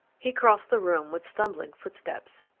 he crossed the room with stumbling footsteps.